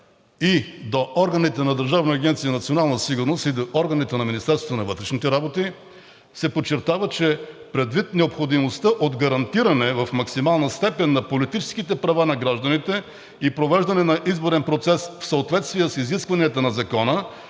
и до органите на Държавна агенция „Национална сигурност“, и до органите на Министерството на вътрешните работи – се подчертава, че „предвид необходимостта от гарантиране в максимална степен на политическите права на гражданите и провеждане на изборен процес в съответствие с изискванията на Закона,